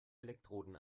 elektroden